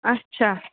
اچھا